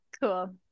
Cool